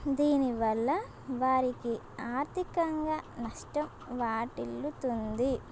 దీనివల్ల వారికి ఆర్థికంగా నష్టం వాటిల్లుతుంది